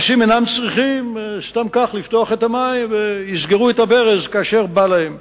אנשים אינם צריכים סתם כך לפתוח את המים ולסגור את הברז כאשר בא להם.